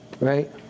Right